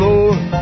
Lord